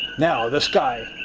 now the sky.